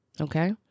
okay